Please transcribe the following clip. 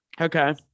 Okay